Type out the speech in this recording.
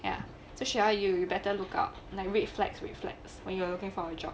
ya so shall you you better lookout like red flags reflects when you are looking for a job